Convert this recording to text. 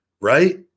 right